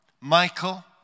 Michael